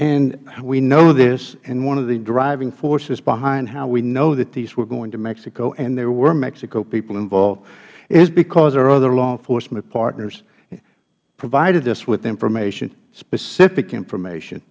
and we know this and one of the driving forces behind how we know that these were going to mexico and there were mexico people involved is because our other law enforcement partners provided us with information specific information